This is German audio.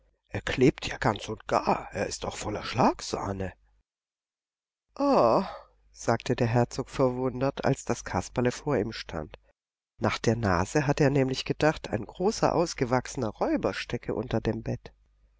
er klebt ganz und gar er ist auch voller schlagsahne ah sagte der herzog verwundert als das kasperle vor ihm stand nach der nase hatte er nämlich gedacht ein großer ausgewachsener räuber stecke unter dem bett